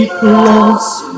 close